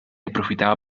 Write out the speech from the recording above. aprofitava